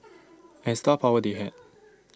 and star power they had